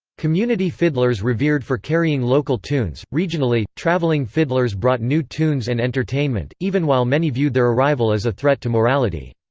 community fiddlers revered for carrying local tunes regionally, traveling fiddlers brought new tunes and entertainment, even while many viewed their arrival as a threat to morality.